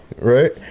right